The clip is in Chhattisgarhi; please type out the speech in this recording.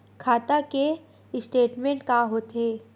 खाता के स्टेटमेंट का होथे?